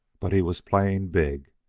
but he was playing big.